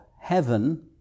heaven